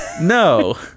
No